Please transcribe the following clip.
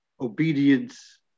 obedience